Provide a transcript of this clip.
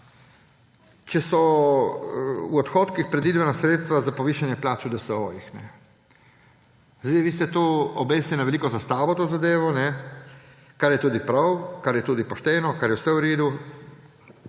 če so v odhodkih predvidena sredstva za povišanje plač v DSO-jih. Vi ste to obesili na veliko zastavo to zadevo, kar je tudi prav, kar je tudi pošteno, kar je vse v redu.